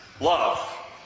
love